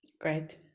great